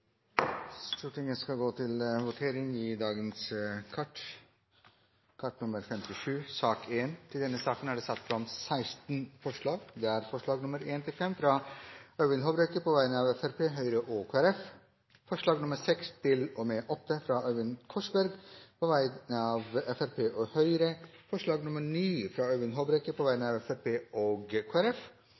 Stortinget skal votere over sakene på dagens kart. Under debatten er det satt fram i alt 16 forslag. Det er forslagene nr. 1–5, fra Øyvind Håbrekke på vegne av Fremskrittspartiet, Høyre og Kristelig Folkeparti forslagene nr. 6–8, fra Øyvind Korsberg på vegne av Fremskrittspartiet og Høyre forslag nr. 9, fra Øyvind Håbrekke på vegne av Fremskrittspartiet og